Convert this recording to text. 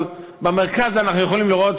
אבל במרכז אנחנו יכולים לראות